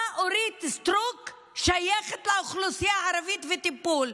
מה אורית סטרוק שייכת לאוכלוסייה הערבית ולטיפול?